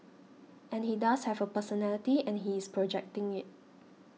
and he does have a personality and he is projecting it